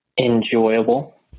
enjoyable